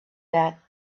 that